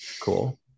Cool